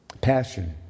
Passion